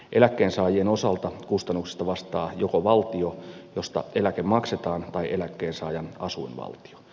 eläkkeensaajien osalta kustannuksista vastaa joko valtio josta eläke maksetaan tai eläkkeensaajan asuinvaltio